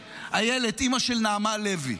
איילת, אימא של נעמה לוי,